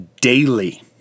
daily